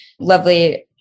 lovely